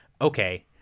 okay